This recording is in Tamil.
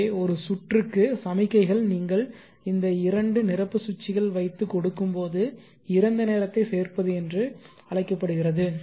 எனவே ஒரு சுற்றுக்கு சமிக்ஞைகள் நீங்கள் இந்த இரண்டு நிரப்பு சுவிட்சுகள் வைத்து கொடுக்கும்போது இறந்த நேரத்தைச் சேர்ப்பது என்று அழைக்கப்படுகிறது